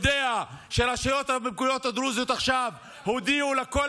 שהרשויות המקומיות הדרוזיות עכשיו הודיעו לכל